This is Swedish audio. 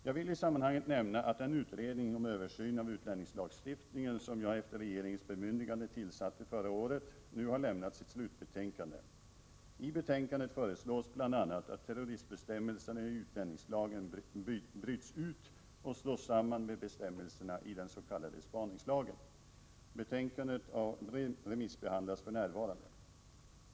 Jag vill i sammanhanget nämna att den utredning om översyn av utlänningslagstiftningen som jag efter regeringens bemyndigande tillsatte förra året nu har lämnat sitt slutbetänkande . I betänkandet föreslås bl.a. att terroristbestämmelserna i utlänningslagen bryts ut och slås samman med bestämmelserna i den s.k. spaningslagen. Betänkandet remissbehandlas för närvarande.